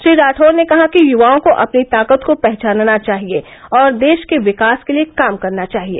श्री राठौड़ ने कहा कि युवाओं को अपनी ताकत को पहचानना चाहिए और देश के विकास के लिए काम करना चाहिए